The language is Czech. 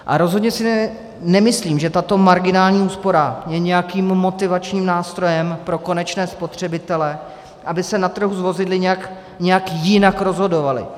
A rozhodně si nemyslím, že tato marginální úspora je nějakým motivačním nástrojem pro konečné spotřebitele, aby se na trhu s vozidly nějak jinak rozhodovali.